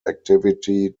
activity